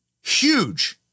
huge